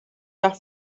off